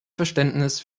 verständnis